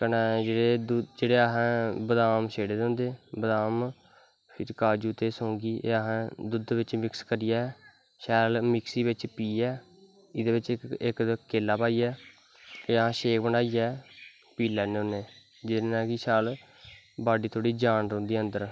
कन्नै जेह्ड़े असैं बदाम सेड़े दे होंदे बदाम फिर काज़ू ते सौंगी एह् असैं दुध्द बिच्च मिक्स करियै शैल मिक्सी बिच्च प्हीयै एह्दै बिच्च इक केला पाईयै ते अस शेक बनाईयै पी लैन्ने होनें जिसनै कि बाड्डी थोह्ड़ी जान रौंह्दी